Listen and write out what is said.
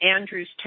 Andrews